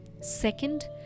Second